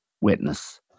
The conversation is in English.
witness